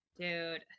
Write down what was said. Dude